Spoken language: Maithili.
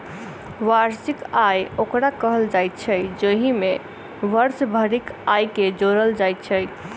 वार्षिक आय ओकरा कहल जाइत छै, जाहि मे वर्ष भरिक आयके जोड़ल जाइत छै